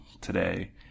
today